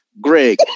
greg